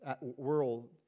world